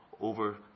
over